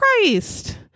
christ